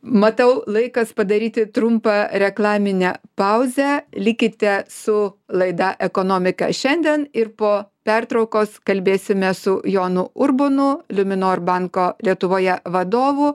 matau laikas padaryti trumpą reklaminę pauzę likite su laida ekonomika šiandien ir po pertraukos kalbėsime su jonu urbonu luminor banko lietuvoje vadovu